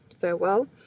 farewell